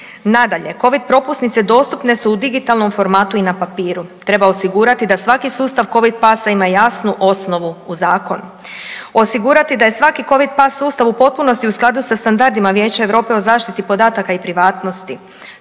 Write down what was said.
Nadalje, Covid propusnice dostupne su u digitalnom formatu i na papiru. Treba osigurati da svaki sustav Covid Passa ima jasnu osnovu u zakonu. Osigurati da je svaki Covid Pass sustav u potpunosti u skladu sa standardima Vijeća EU o zaštiti podataka i privatnosti.